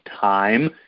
time